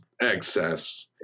excess